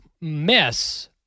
mess